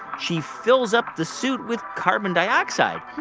she fills up the suit with carbon dioxide.